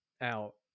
out